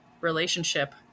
relationship